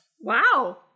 Wow